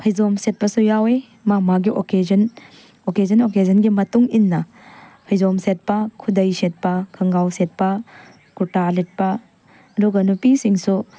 ꯐꯩꯖꯣꯝ ꯁꯦꯠꯄꯁꯨ ꯌꯥꯎꯏ ꯃꯥ ꯃꯥꯒꯤ ꯑꯣꯀꯦꯖꯟ ꯑꯣꯀꯦꯖꯟ ꯑꯣꯀꯦꯖꯟꯒꯤ ꯃꯇꯨꯡ ꯏꯟꯅ ꯐꯩꯖꯣꯝ ꯁꯦꯠꯄ ꯈꯨꯗꯩ ꯁꯦꯠꯄ ꯈꯣꯡꯒ꯭ꯔꯥꯎ ꯁꯦꯠꯄ ꯀꯨꯔꯇꯥ ꯂꯤꯠꯄ ꯑꯗꯨꯒ ꯅꯨꯄꯤꯁꯤꯡꯁꯨ